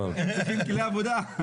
את כלי העבודה.